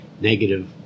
negative